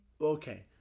Okay